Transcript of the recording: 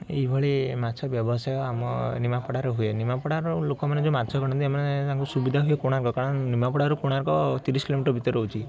ଏଇଭଳି ମାଛ ବ୍ୟବସାୟ ଆମ ନିମାପଡ଼ାରେ ହୁଏ ନିମାପଡ଼ାରେ ଲୋକମାନେ ଯେଉଁ ମାଛ କରନ୍ତି ଏମାନେ ତାଙ୍କୁ ସୁବିଧା ହୁଏ କୋଣାର୍କ କାରଣ ନିମାପଡ଼ାରୁ କୋଣାର୍କ ତିରିଶ କିଲୋମିଟର ଭିତରେ ରହୁଛି